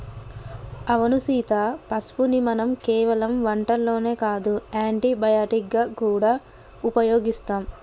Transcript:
అవును సీత పసుపుని మనం కేవలం వంటల్లోనే కాదు యాంటీ బయటిక్ గా గూడా ఉపయోగిస్తాం